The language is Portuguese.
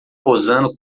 posando